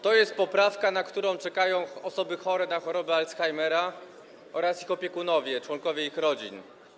To jest poprawka, na którą czekają osoby chore na chorobę Alzheimera oraz ich opiekunowie, członkowie ich rodzin.